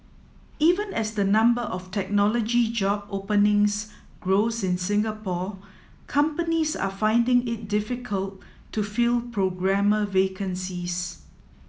even as the number of technology job openings grows in Singapore companies are finding it difficult to fill programmer vacancies